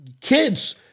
Kids